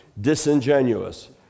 disingenuous